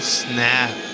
snap